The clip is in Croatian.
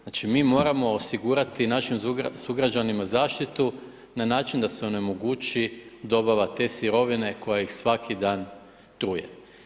Znači, mi moramo osigurati našim sugrađanima zaštitu na način da se onemogući dobava te sirovine koja ih svaki dan truje.